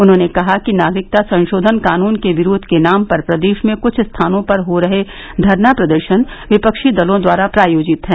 उन्होंने कहा कि नागरिकता संशोधन कानून को विरोध के नाम पर प्रदेश में कुछ स्थानों पर हो रहे धरना प्रदर्शन विपक्षी दलों द्वारा प्रायोजित हैं